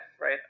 right